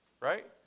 right